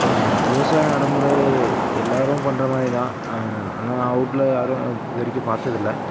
விவசாயம் நடைமுறை எல்லோரும் பண்ணுற மாதிரி தான் ஆனால் யான் வீட்ல யாரும் இதுவரைக்கும் பார்த்ததில்ல